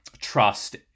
trust